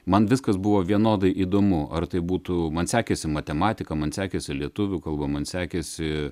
man viskas buvo vienodai įdomu ar tai būtų man sekėsi matematika man sekėsi lietuvių kalba man sekėsi